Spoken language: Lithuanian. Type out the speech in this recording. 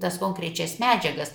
tas konkrečias medžiagas